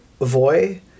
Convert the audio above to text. Voy